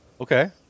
okay